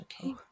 okay